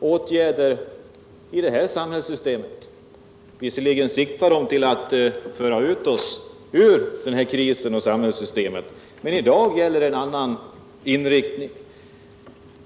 åtgärder i det här samhällssystemet. Visserligen siktar åtgärderna till att föra oss ut ur den här 47 krisen och ur det här samhällssystemet, men i dag gäller det en annan inriktning.